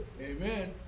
Amen